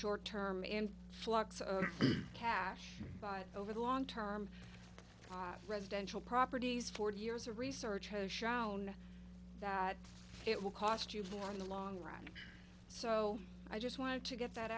short term and flux of cash but over the long term residential properties four years of research has shown that it will cost you more in the long run so i just want to get that